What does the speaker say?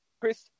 Chris